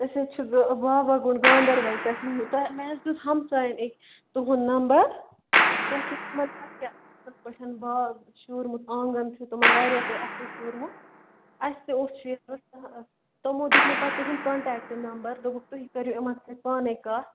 أسۍ حظ چھِ بابا گُنٛڈ گانٛدَربَل پٮ۪ٹھ تۅہہِ مےٚ حظ دیُت ہمسایَن أکۍ تُہُنٛد نمبر تۄہہِ چھُو تِمَن واریاہ اَصٕل پٲٹھۍ باغ شوٗرمُت آنٛگَن چھُ تِمَن واریاہ اَصٕل شوٗرمُت اَسہِ تہِ اوس رژھا اکھ تِمو دیُت مےٚ پَتہٕ تُہُنٛد کَنٹیکٹہٕ نمبر دوٚپُکھ تُہۍ کٔرِو یِمَن سۭتۍ پانٕے کَتھ